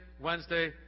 Wednesday